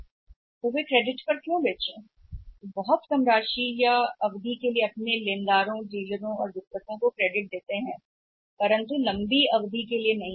तो क्यों वे के रूप में क्रेडिट पर बेचना चाहिए उनके पास क्रेडिट भी है जो लेनदारों को बहुत कम से कम प्रोत्साहन राशि देते हैं वितरित डीलरों केवल कुछ समय के लिए लेकिन लंबी अवधि के लिए नहीं